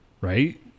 right